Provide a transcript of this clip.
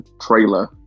trailer